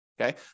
Okay